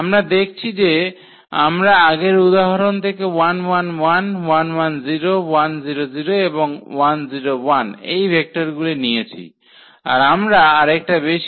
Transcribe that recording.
আমরা দেখছি যে আমরা আগের উদাহরণ থেকে এবং এই ভেক্টর গুলি নিয়েছি আর আমরা আরেকটা বেশী ভেকটর নিয়েছি